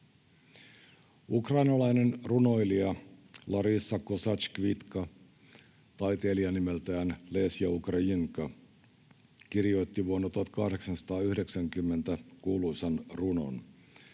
Ukrainalainen runoilija Larysa Kosatš-Kvitka, taiteilijanimeltään Lesja Ukrajinka, kirjoitti vuonna 1890 kuuluisan runon,